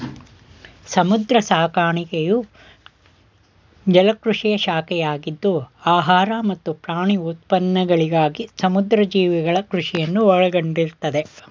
ಸಮುದ್ರ ಸಾಕಾಣಿಕೆಯು ಜಲಕೃಷಿಯ ಶಾಖೆಯಾಗಿದ್ದು ಆಹಾರ ಮತ್ತು ಪ್ರಾಣಿ ಉತ್ಪನ್ನಗಳಿಗಾಗಿ ಸಮುದ್ರ ಜೀವಿಗಳ ಕೃಷಿಯನ್ನು ಒಳಗೊಂಡಿರ್ತದೆ